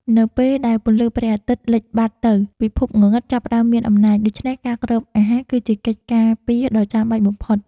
នៅពេលដែលពន្លឺព្រះអាទិត្យលិចបាត់ទៅពិភពងងឹតចាប់ផ្តើមមានអំណាច ដូច្នេះការគ្របអាហារ គឺជាកិច្ចការពារដ៏ចាំបាច់បំផុត។